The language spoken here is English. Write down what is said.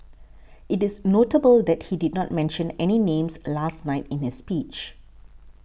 it is notable that he did not mention any names last night in his speech